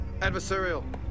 Adversarial